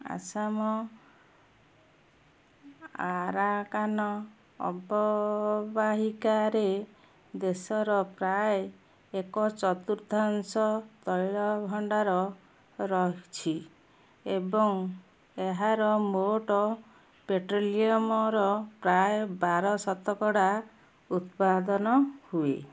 Assam Arakan ଅବବାହିକାରେ ଦେଶର ପ୍ରାୟ ଏକ ଚତୁର୍ଥାଂଶ ତୈଳ ଭଣ୍ଡାର ରହିଛି ଏବଂ ଏହାର ମୋଟ ପେଟ୍ରୋଲିୟମର ପ୍ରାୟ ବାର ଶତକଡ଼ା ଉତ୍ପାଦନ ହୁଏ